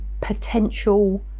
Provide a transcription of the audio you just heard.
potential